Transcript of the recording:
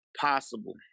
Possible